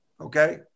Okay